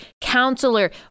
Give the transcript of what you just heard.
counselor